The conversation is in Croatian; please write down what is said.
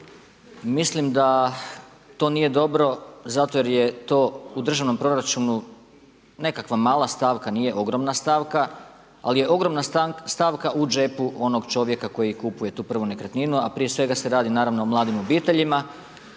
Mislim da to nije dobro zato jer je to u državnom proračunu nekakva mala stavka, nije ogromna stavka. Ali je ogromna stavka u džepu onoga čovjeka koji kupuje tu prvu nekretninu, ali prije svega se radi naravno o mladim obiteljima.